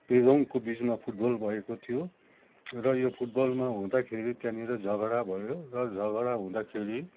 पेदोङको बिचमा फुटबल भएको थियो र यो फुटबलमा हुदाँखेरि त्यहाँनिर झगडा भयो र झगडा हुदाँखेरि